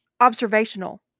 observational